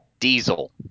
Diesel